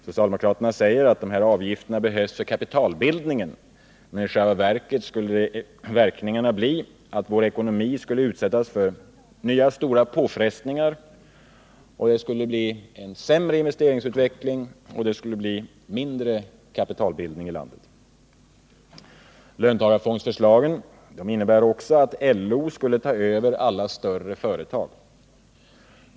Socialdemokraterna säger att dessa avgifter behövs för kapitalbildningen. Men i själva verket skulle verkningarna bli att vår ekonomi skulle utsättas för nya stora påfrestningar, att det skulle bli en sämre investeringsutveckling och en mindre kapitalbildning i landet. Löntagarfondsförslagen innebär också att LO skulle ta över alla större företag.